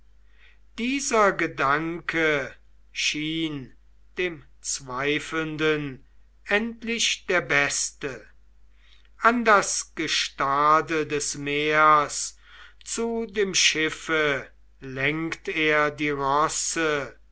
dieser gedanke schien dem zweifelnden endlich der beste an das gestade des meers zu dem schiffe lenkt er die rosse